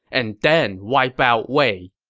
and then wipe out wei.